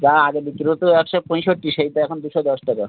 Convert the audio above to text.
যা আগে বিক্রি হতো একশো পঁইষট্টি সেইটা এখন দুশো দশ টাকা